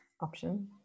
option